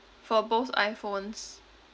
for both iphones